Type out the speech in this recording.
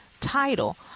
title